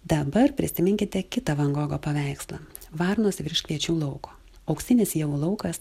dabar prisiminkite kitą van gogo paveikslą varnos virš kviečių lauko auksinis javų laukas